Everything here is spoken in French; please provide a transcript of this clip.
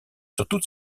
toute